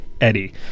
Eddie